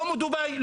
לא מדובאי.